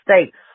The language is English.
states